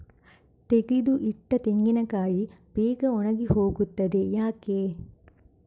ತೆಗೆದು ಇಟ್ಟ ತೆಂಗಿನಕಾಯಿ ಬೇಗ ಒಣಗಿ ಹೋಗುತ್ತದೆ ಯಾಕೆ?